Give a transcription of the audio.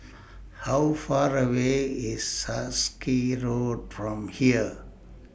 How Far away IS Sarkies Road from here